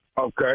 Okay